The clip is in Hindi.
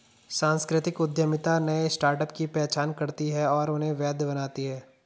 सांस्कृतिक उद्यमिता नए स्टार्टअप की पहचान करती है और उन्हें वैध बनाती है